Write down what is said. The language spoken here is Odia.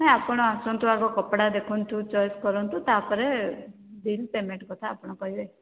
ହଁ ଆପଣ ଆସନ୍ତୁ ଆଗ କପଡ଼ା ଦେଖନ୍ତୁ ଚଏସ୍ କରନ୍ତୁ ତା'ପରେ ବିଲ୍ ପେମେଣ୍ଟ୍ କଥା ଆପଣ କହିବେ